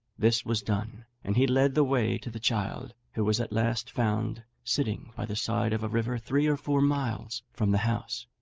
this was done and he led the way to the child, who was at last found sitting by the side of a river three or four miles from the house.